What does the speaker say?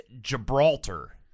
Gibraltar